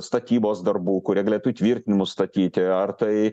statybos darbų kurie galėtų įtvirtinimus statyti ar tai